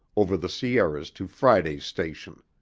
over the sierras to friday's station.